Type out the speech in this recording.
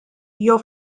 jew